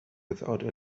without